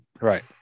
Right